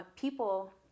people